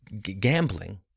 gambling